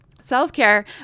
Self-care